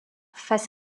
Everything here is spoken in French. face